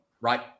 right